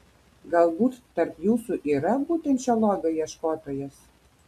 galbūt tarp jūsų yra būtent šio lobio ieškotojas